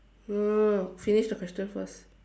no no no finish the question first